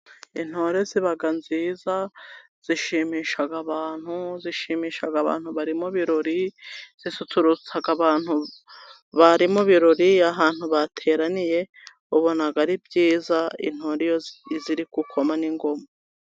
Intore ziba nziza zishimisha abantu, zishimisha abantu bari mu birori, zisusurutsa abantu bari mu birori ahantu bateraniye wabona ari byiza intore ziri gukoma n'ingoma.